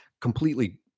completely